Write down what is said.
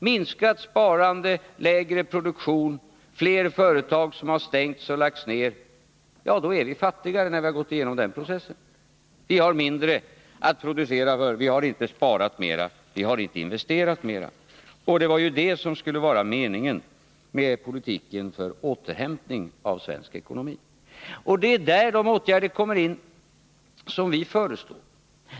Minskat sparande, lägre produktion, fler företag som har stängts och lagts ner — ja, vi blir fattigare när vi har gått igenom den processen. Vi har då mindre pengar att producera för, vi har inte sparat mera, vi har inte investerat mera — och det var ju det som skulle vara meningen med politiken för återhämtning av svensk ekonomi. Det är där de åtgärder kommer in som vi föreslår.